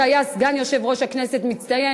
שהיה סגן יושב-ראש כנסת מצטיין,